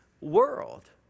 world